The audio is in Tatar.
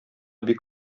бик